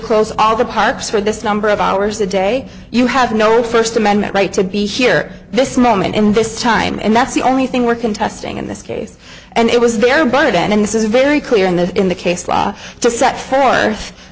close all the parks for this number of hours a day you have no first amendment right to be here this moment and this time and that's the only thing we're contesting in this case and it was their budget and this is very clear in the in the case law to set